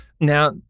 Now